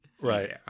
Right